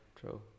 true